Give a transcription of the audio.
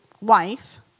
wife